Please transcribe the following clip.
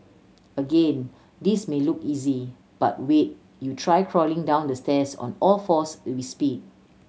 again this may look easy but wait you try crawling down the stairs on all fours with speed